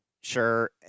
Sure